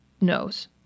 knows